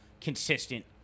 consistent